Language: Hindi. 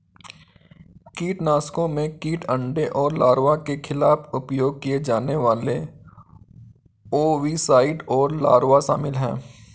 कीटनाशकों में कीट अंडे और लार्वा के खिलाफ उपयोग किए जाने वाले ओविसाइड और लार्वा शामिल हैं